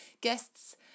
guests